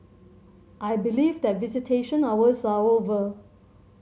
I believe that visitation hours are over